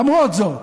למרות זאת,